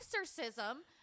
exorcism